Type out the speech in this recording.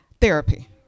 therapy